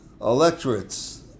electorates